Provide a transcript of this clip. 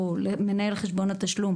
או למנהל חשבון התשלום,